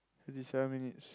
fifty seven minutes